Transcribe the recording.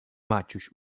maciuś